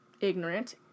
ignorant